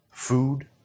Food